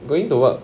going to work